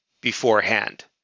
beforehand